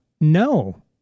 No